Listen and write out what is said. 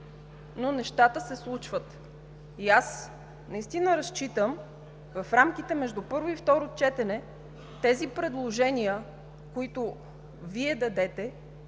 но нещата се случват. Наистина разчитам в рамките между първо и второ четене предложенията, които Вие направите,